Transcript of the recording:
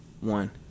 one